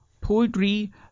poetry